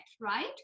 right